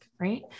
right